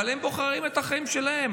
אבל הם בוחרים את החיים שלהם.